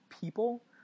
people